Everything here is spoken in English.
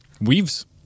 weaves